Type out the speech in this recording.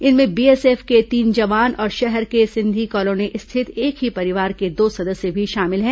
इनमें बीएसएफ के तीन जवान और शहर के सिंधी कॉलोनी स्थित एक ही परिवार के दो सदस्य भी शामिल है